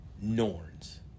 Norns